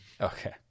okay